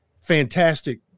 fantastic